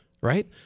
Right